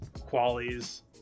qualities